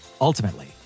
Ultimately